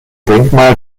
denkmal